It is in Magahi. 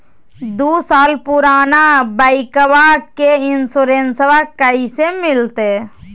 दू साल पुराना बाइकबा के इंसोरेंसबा कैसे मिलते?